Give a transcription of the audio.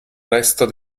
resto